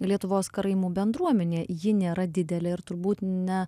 lietuvos karaimų bendruomenė ji nėra didelė ir turbūt ne